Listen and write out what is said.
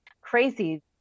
crazy